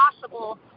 possible